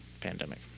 pandemic